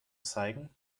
zeigen